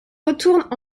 retournent